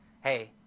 Hey